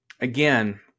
again